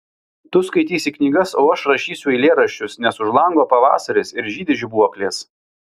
tu skaitysi knygas o aš rašysiu eilėraščius nes už lango pavasaris ir žydi žibuoklės